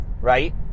right